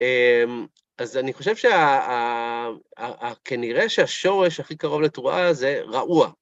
אז אני חושב שכנראה שהשורש הכי קרוב לתרועה הזה, ראוע.